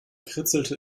kritzelte